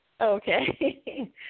Okay